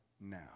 now